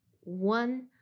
one